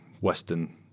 Western